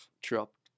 dropped